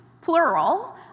plural